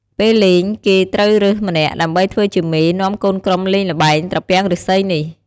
ពេលលែង គេត្រូវរើសម្នាក់ ដើម្បីធ្វើជាមេ នាំកូនក្រុមលេងល្បែងត្រពាំងឬស្សីនេះ។